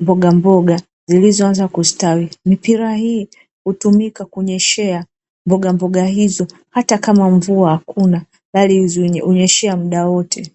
mboga mboga zilizoanza kustawi. Mipira hii hutumika kunyeshea mboga mboga hizo hata kama hakuna mvua kwa kunyeshea mda wote.